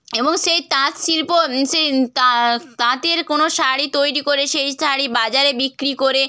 এবং সেই তাঁত শিল্প সেই তাঁ তাঁতের কোনো শাড়ি তৈরি করে সেই শাড়ি বাজারে বিক্রি করে